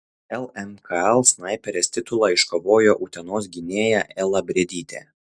lmkl snaiperės titulą iškovojo utenos gynėja ela briedytė